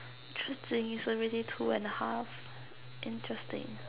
interesting it's already two and a half interesting